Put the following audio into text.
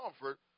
comfort